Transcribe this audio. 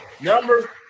Number